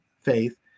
faith